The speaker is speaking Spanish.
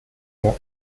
como